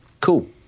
Cool